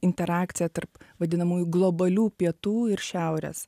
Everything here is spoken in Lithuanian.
interakcija tarp vadinamųjų globalių pietų ir šiaurės